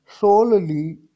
solely